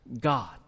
God